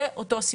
זה אותו הסיפור.